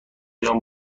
جان